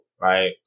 right